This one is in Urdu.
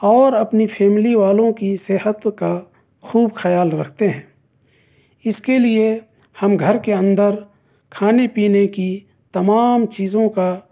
اور اپنی فیملی والوں کی صحت کا خوب خیال رکھتے ہیں اِس کے لیے ہم گھر کے اندر کھانے پینے کی تمام چیزوں کا